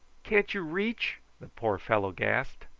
can't you reach? the poor fellow gasped.